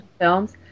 films